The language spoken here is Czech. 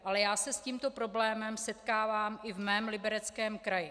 Ale já se s tímto problémem setkávám i ve svém Libereckém kraji.